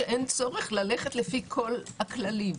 אין צורך ללכת לפי כל הכללים.